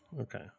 Okay